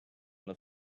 los